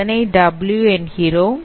அதனை W என்கிறோம்